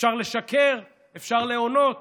אפשר לשקר, אפשר להונות